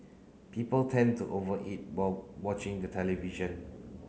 people tend to over eat while watching the television